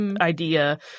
idea